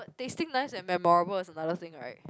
but tasting nice and memorable is another thing right